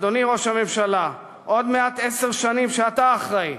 אדוני ראש הממשלה, עוד מעט עשר שנים שאתה אחראי,